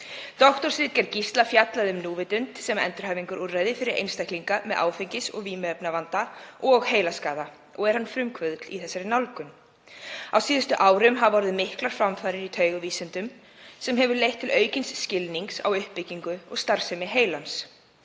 Doktorsritgerð Gísla fjallaði um núvitund sem endurhæfingarúrræði fyrir einstaklinga með áfengis- og vímuefnavanda og heilaskaða og er hann frumkvöðull í þeirri nálgun. Á síðustu árum hafa orðið miklar framfarir í taugavísindum sem hafa leitt til aukins skilnings á uppbyggingu og starfsemi heilans.